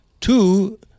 Two